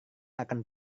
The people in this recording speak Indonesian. akan